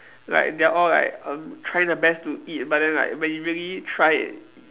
like they are all like um trying their best to eat but then like when you really try it